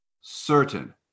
certain